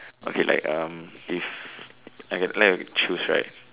okay like if I can let you choose right